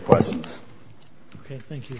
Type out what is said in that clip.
question ok thank you